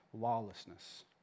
lawlessness